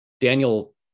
Daniel